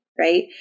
right